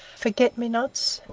forget-me-nots,